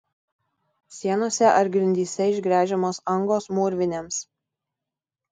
sienose ar grindyse išgręžiamos angos mūrvinėms